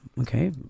Okay